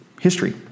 history